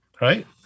right